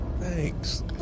thanks